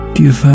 Dear